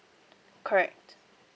correct